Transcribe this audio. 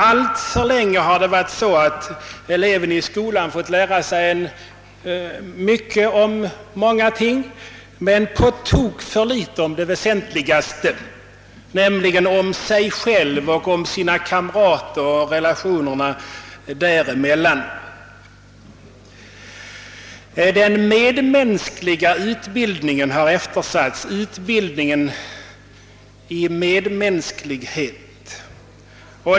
Allt för länge har eleverna i skolan fått lära sig mycket om många ting men på tok för litet om det väsentligaste, nämligen om sig själv och om sina kamrater och om relationerna med dem. Den medmänskliga utbildningen har eftersatts — utbildningen i medmänsklighet.